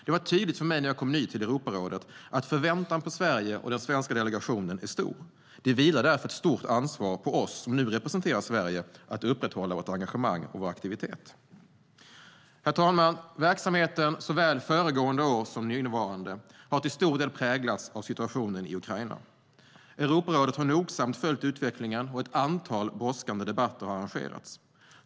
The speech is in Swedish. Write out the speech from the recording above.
Det var tydligt för mig när jag kom ny till Europarådet att förväntan på Sverige och den svenska delegationen är stor. Det vilar därför ett stort ansvar på oss som nu representerar Sverige att upprätthålla vårt engagemang och vår aktivitet. Herr talman! Verksamheten såväl föregående år som innevarande år har till stor del präglats av situationen i Ukraina. Europarådet har nogsamt följt utvecklingen, och ett antal brådskande debatter har arrangerats.